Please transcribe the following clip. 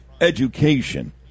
education